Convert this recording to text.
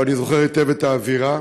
אבל אני זוכר היטב את האווירה.